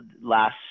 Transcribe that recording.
last